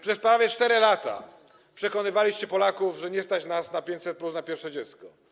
Przez prawie 4 lata przekonywaliście Polaków, że nie stać nas na 500+ na pierwsze dziecko.